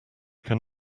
can